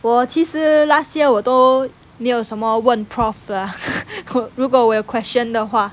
我其实 last year 我都没有什么问 prof 了 如果我有 question 的话